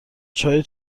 چای